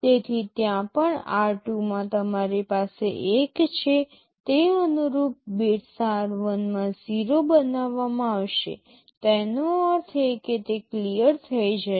તેથી ત્યાં પણ r2 માં તમારી પાસે 1 છે તે અનુરૂપ બિટ્સ r1 માં 0 બનાવવામાં આવશે તેનો અર્થ એ કે તે ક્લિયર થઈ જશે